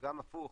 וגם הפוך,